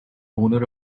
owner